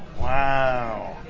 Wow